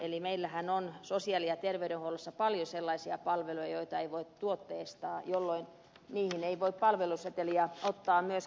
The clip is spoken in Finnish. eli meillähän on sosiaali ja terveydenhuollossa paljon sellaisia palveluja joita ei voi tuotteistaa jolloin niihin ei voi palveluseteliä ottaa myöskään käyttöön